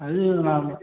அது நான்